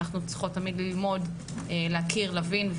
אנחנו צריכות תמיד ללמוד, להכיר, להבין.